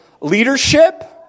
leadership